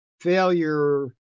failure